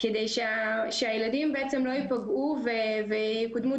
כדי שהילדים לא ייפגעו ויקודמו.